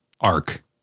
Ark